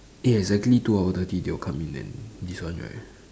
eh exactly two hour thirty they will come in and this one right